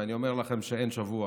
ואני אומר לכם שאין שבוע